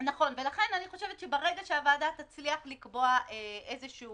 ולכן אני חושבת, שברגע שהוועדה תצליח לקבוע איזשהו